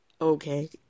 Okay